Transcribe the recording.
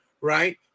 right